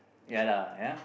ya lah ya